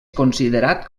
considerat